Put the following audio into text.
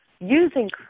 using